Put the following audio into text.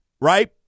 right